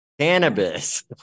Cannabis